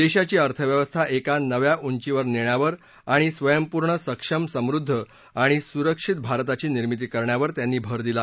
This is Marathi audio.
देशाची अर्थव्यवस्था एका नव्या उंचीवर नेण्यावर आणि स्वयंपूर्ण सक्षम समृद्ध आणि सुरक्षित भारताची निर्मिती करण्यावर त्यांनी भर दिला